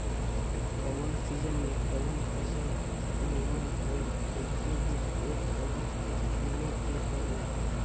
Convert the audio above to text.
कवना सीजन में कवन फसल निमन होई एके भी सोच समझ के चुने के पड़ेला